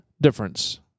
difference